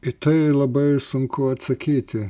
į tai labai sunku atsakyti